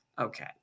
okay